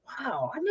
wow